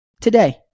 today